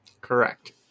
Correct